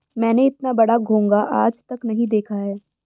मैंने इतना बड़ा घोंघा आज तक नही देखा है